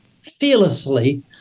fearlessly